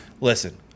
Listen